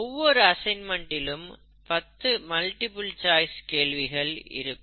ஒவ்வொரு அசைன்மென்ட் டிலும் 10 மல்டிபிள் சாய்ஸ் கேள்விகள் இருக்கும்